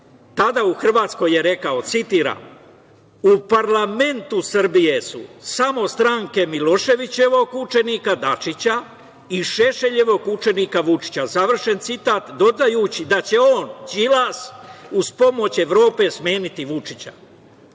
Tada u Hrvatskoj je rekao, citiram: "U parlamentu Srbije su samo stranke Miloševićevog učenika Dačića i Šešeljevog učenika Vučića", završen citat, dodajući da će on, Đilas, uz pomoć Evrope smeniti Vučića.